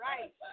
right